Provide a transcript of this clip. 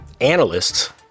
analysts